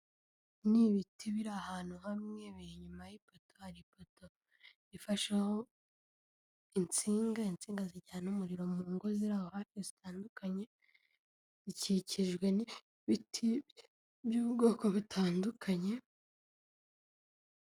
Ibi ni ibiti biri ahantu hamwe biri inyuma y'ipoto hari poto ifasheho insinga insinga zijyana umuriro mu ngo ziriho zitandukanye zikikijwe n'ibiti by'ubwoko butandukanye.